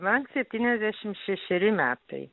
man septyniasdešim šešeri metai